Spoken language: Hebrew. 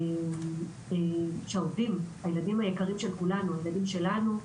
שהילדים היקרים שלנו,